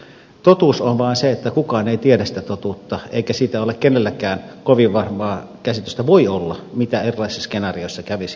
totuus on vaan se että kukaan ei tiedä sitä totuutta eikä siitä voi olla kenelläkään kovin varmaa käsitystä mitä erilaisissa skenaarioissa kävisi